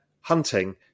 hunting